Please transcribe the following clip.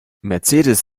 mercedes